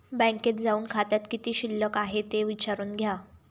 बँकेत जाऊन खात्यात किती शिल्लक आहे ते विचारून घ्या